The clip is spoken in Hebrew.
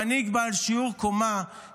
מנהיג בעל שיעור קומה,